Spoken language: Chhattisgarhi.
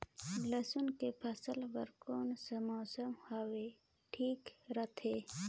लसुन के फसल बार कोन सा मौसम हवे ठीक रथे?